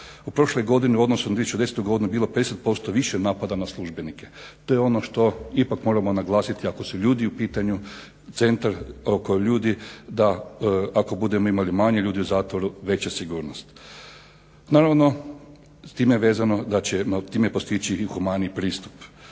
U prošloj godini u odnosu na 2010. godinu je bilo 50% više napada na službenike. To je ono što ipak moramo naglasiti ako su ljudi u pitanju ako su ljudi u pitanju, centar, oko ljudi, da ako budemo imali manje ljudi u zatvoru veća sigurnost. Naravno, s time je vezano da ćemo time postići i humaniji pristup,